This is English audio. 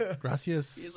Gracias